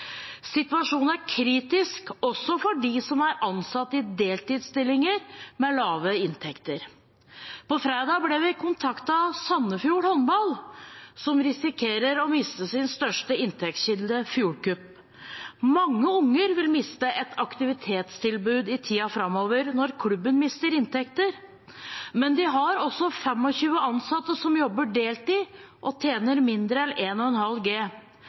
Situasjonen er kritisk også for dem som er ansatt i deltidsstillinger med lave inntekter. På fredag ble vi kontaktet av Sandefjord Håndball, som risikerer å miste sin største inntektskilde, Fjordcup. Mange unger vil miste sitt aktivitetstilbud i tiden framover når klubben mister inntekter. Men de har også 25 ansatte som jobber deltid og tjener mindre enn